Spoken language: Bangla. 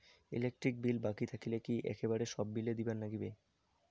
ইলেকট্রিক বিল বাকি থাকিলে কি একেবারে সব বিলে দিবার নাগিবে?